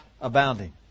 abounding